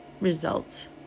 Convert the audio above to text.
result